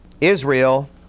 Israel